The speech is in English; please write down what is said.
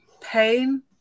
pain